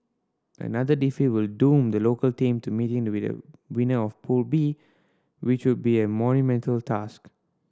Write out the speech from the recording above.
another defeat will doom the local team to meeting the winner of Pool B which would be a monumental task